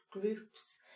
groups